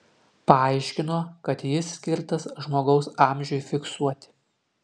paaiškino kad jis skirtas žmogaus amžiui fiksuoti